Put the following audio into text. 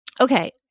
Okay